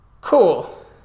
Cool